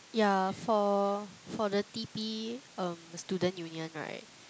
yeah for for the T_P um student union right